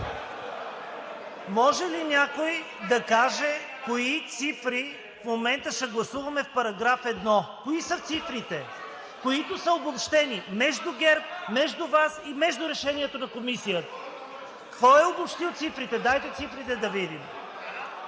Може ли някой да каже кои цифри в момента ще гласуваме в § 1? Кои са цифрите, които са обобщени между ГЕРБ, между Вас и между решението на Комисията? (Шум и реплики.) Кой е обобщил цифрите? Дайте цифрите да видим.